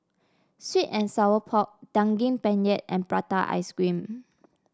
sweet and Sour Pork Daging Penyet and Prata Ice Cream